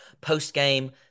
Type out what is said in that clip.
post-game